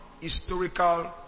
historical